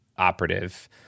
operative